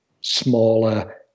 smaller